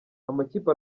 amakipe